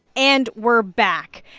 and we're back.